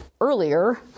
earlier